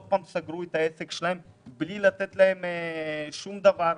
שוב סגרו את העסק שלהם בלי לתת להם שום דבר,